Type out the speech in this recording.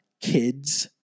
kids